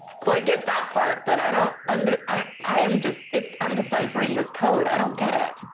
so i get that part, but i don't under, i am just, it's undecipherable as code. i don't get it.